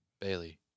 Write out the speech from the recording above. Bailey